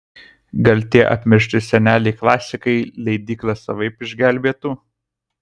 gal tie apmiršti seneliai klasikai leidyklą savaip išgelbėtų